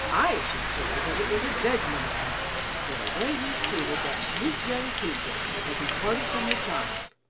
i should say as it was a judgment on him for the way he's treated that sweet young cre'tur' as he parted from her child,